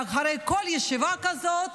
מאחורי כל ישיבה כזאת